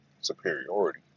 superiority